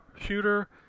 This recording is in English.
shooter